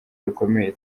rukomeye